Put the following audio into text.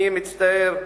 אני מצטער,